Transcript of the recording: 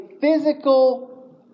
physical